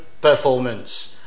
performance